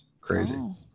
Crazy